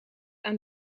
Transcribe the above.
aan